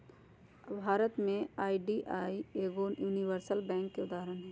भारत में आई.डी.बी.आई एगो universal bank के उदाहरण हइ